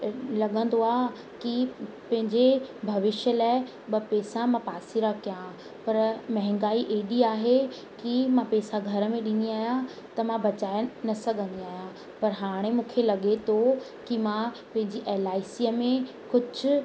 लॻंदो आहे कि पंहिंजे भविष्य लाइ ॿ पेसा मां पासीरा कयां पर महांगाई एॾी आहे कि मां पेसा घर में ॾींदी आहियां त बचाए न सघंदी आहियां पर हाणे मूंखे लॻे थो कि मां पंहिंजी एल आई सीअ में कुझु